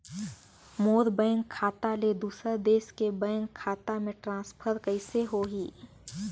मोर bank खाता ले दुसर देश के बैंक खाता मे ट्रांसफर कइसे होही?